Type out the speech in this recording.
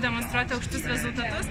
demonstruoti aukštus rezultatus